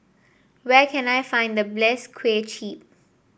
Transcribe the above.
where can I find the bless Kway Chap